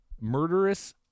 Murderous